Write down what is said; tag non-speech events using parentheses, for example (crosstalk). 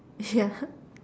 yeah (laughs)